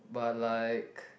but like